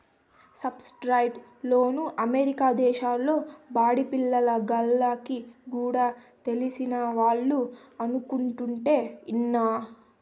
subsidised లోన్లు America దేశంలో బడిపిల్ల గాల్లకి కూడా తెలిసినవాళ్లు అనుకుంటుంటే ఇన్నా